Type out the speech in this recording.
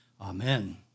Amen